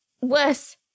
Worse